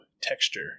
texture